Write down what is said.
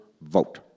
vote